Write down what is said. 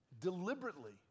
deliberately